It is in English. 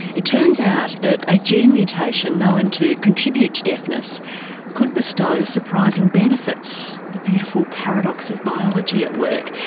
it turns out that a gene mutation known to contribute to deafness could bestow surprising benefits, the beautiful paradox of biology at work.